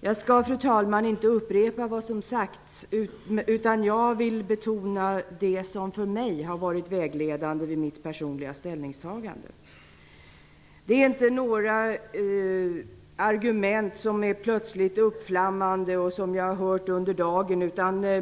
Fru talman! Jag skall inte upprepa vad som sagts. Jag vill betona det som för mig varit vägledande vid mitt personliga ställningstagande. Det är inte något argument som är plötsligt uppflammande och som jag har hört under dagen.